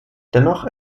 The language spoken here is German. dennoch